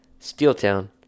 Steeltown